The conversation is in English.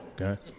Okay